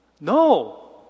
No